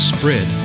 Spread